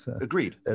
Agreed